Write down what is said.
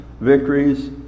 victories